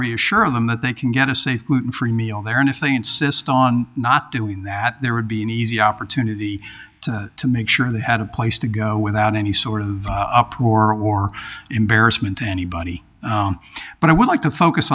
reassure them that they can get a safe free meal there and if they insist on not doing that there would be an easy opportunity to make sure they had a place to go without any sort of uproar or embarrassment to anybody but i would like to focus